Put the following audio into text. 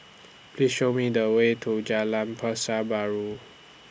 Please Show Me The Way to Jalan Pasar Baru